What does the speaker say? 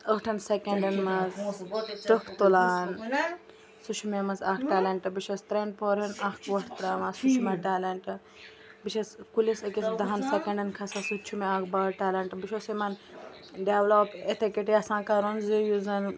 ٲٹھَن سیٚکَنڈَن منٛز ٹٔکھ تُلان سُہ چھُ مےٚ مَنٛز اَکھ ٹیلَنٹ بہٕ چھَس ترٛٮ۪ن پوہرن اَکھ وۄٹھ تراوان سُہ چھُ مےٚ ٹیلَنٹ بہٕ چھَس کُلِس أکِس دَہَن سیٚکَنڈَن کھَسان سُہ تہِ چھُ مےٚ اَکھ بٔڑ ٹیلَنٹ بہٕ چھَس یِمَن ڈٮ۪ولَپ اِتھَے کٲٹھۍ یَژھان کَرُن زِ یُس زَن